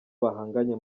bahanganye